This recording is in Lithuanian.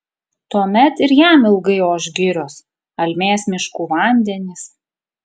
tuomet ir jam ilgai oš girios almės miškų vandenys